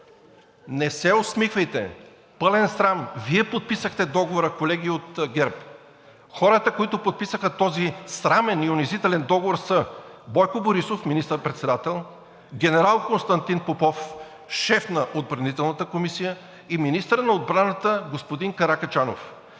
Не се усмихвайте! Пълен срам! Вие подписахте договора, колеги от ГЕРБ. Хората, които подписаха този срамен и унизителен договор, са: Бойко Борисов – министър-председател, генерал Константин Попов – шеф на Отбранителната комисия, и министърът на отбраната господин Каракачанов.